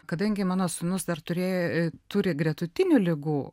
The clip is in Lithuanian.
kadangi mano sūnus dar turėjo ir turi gretutinių ligų